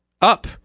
up